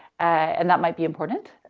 and that might be important.